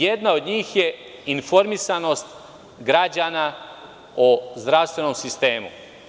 Jedna od njih je informisanost građana o zdravstvenom sistemu.